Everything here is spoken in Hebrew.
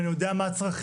אני יודע מה הצרכים,